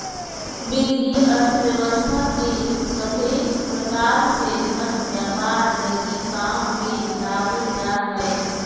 वित्तीय अर्थशास्त्र के सभे प्रकार से धन व्यापार लगी काम मे लावल जा हय